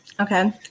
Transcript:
Okay